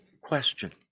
question